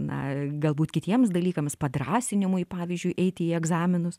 na galbūt kitiems dalykams padrąsinimui pavyzdžiui eiti į egzaminus